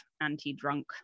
anti-drunk